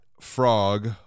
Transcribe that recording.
Frog